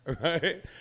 right